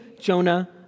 Jonah